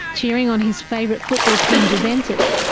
cheering on his favourite football team juventus,